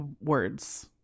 words